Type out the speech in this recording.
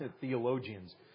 theologians